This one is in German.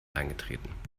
eingetreten